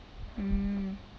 mm